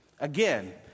again